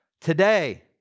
today